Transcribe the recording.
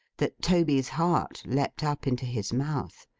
that toby's heart leaped up into his mouth.